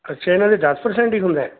ਅੱਛਾ ਇਹਨਾਂ ਦੇ ਦਸ ਪਰਸੈਂਟ ਹੀ ਹੁੰਦਾ